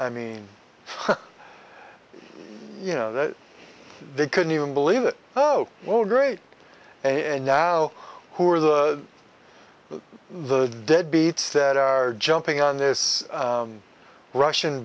i mean you know they couldn't even believe it oh well great and now who are the the deadbeats that are jumping on this russian